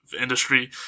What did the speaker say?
industry